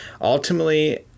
Ultimately